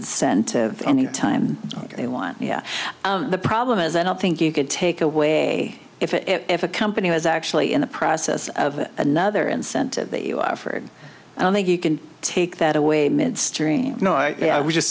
incentive any time they want yeah the problem is i don't think you could take away if a company was actually in the process of another incentive that you are offered i don't think you can take that away midstream i was just